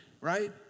right